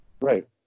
Right